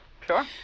Sure